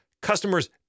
customers